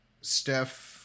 Steph